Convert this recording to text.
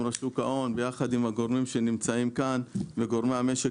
רשות שוק ההון וביחד עם הגורמים שנמצאים כאן וגורמי המשק